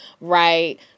right